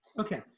Okay